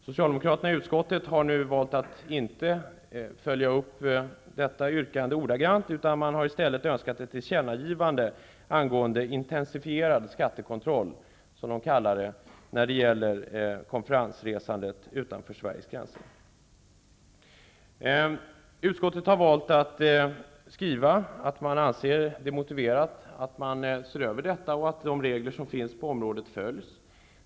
Socialdemokraterna i utskottet har valt att inte följa upp detta yrkande ordagrant. Man har i stället önskat ett tillkännagivande angående intensifierad skattekontroll, som man kallar det, när det gäller konferensresandet utanför Sveriges gränser. Utskottet har valt att skriva att man anser det motiverat att se över att de regler som finns på området följs.